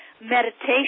meditation